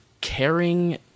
caring